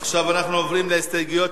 עכשיו אנחנו מצביעים על החלופין של ההסתייגות.